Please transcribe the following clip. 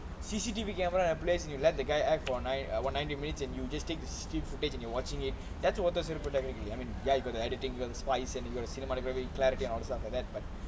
C_C_T_V camera in place and you let the guy act for nine err what ninety minutes and you just take the C_C_T_V footage and you watching it that's technically and I mean ya you got to editing you spice and you gonna cinematic clarity and the stuff like that but